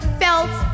felt